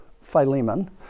Philemon